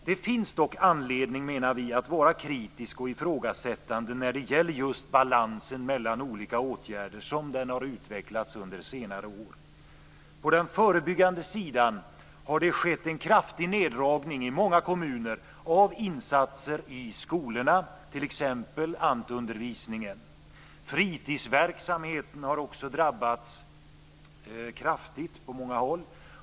Det finns dock anledning, menar vi, att vara kritisk och ifrågasättande när det gäller just balansen mellan olika åtgärder som den har utvecklats under senare år. På den förebyggande sidan har det i många kommuner skett en kraftig neddragning av insatser i skolorna, t.ex. ANT-undervisningen. Fritisverksamheten har också drabbats kraftigt på många håll.